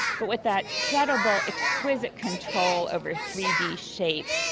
but with that incredible exquisite control over three d shape,